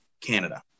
Canada